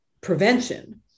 prevention